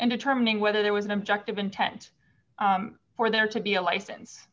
and determining whether there was an objective intent for there to be a license